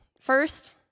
first